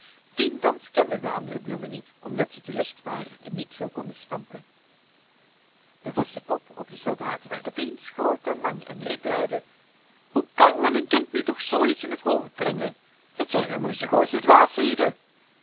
dien dans kenden de andere bloemen niet omdat zij te licht waren en niet zoo konden stampen de wassen pop op den soldaat werd op eens groot en lang en riep luide hoe kan men een kind nu toch zoo iets in het hoofd brengen dat zijn immers de grootste